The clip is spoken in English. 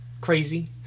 crazy